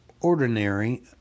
ordinary